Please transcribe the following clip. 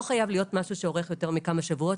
חייב להיות משהו שאורך יותר מכמה שבועות,